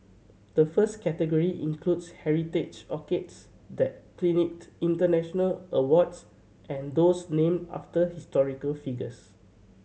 the first category includes heritage orchids that clinched international awards and those named after historical figures